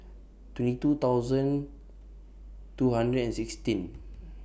twenty two thousand two hundred and sixteen